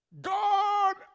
God